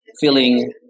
feeling